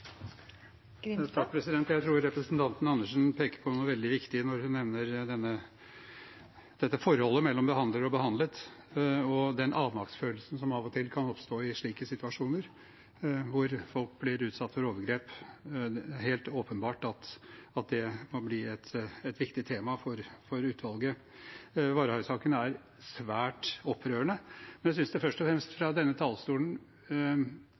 Jeg tror representanten Andersen peker på noe veldig viktig når hun nevner forholdet mellom behandler og behandlet og den avmaktsfølelsen som av og til kan oppstå i slike situasjoner hvor folk blir utsatt for overgrep. Det er helt åpenbart at det må bli et viktig tema for utvalget. Varhaug-saken er svært opprørende, men jeg synes det først og fremst fra denne talerstolen